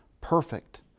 perfect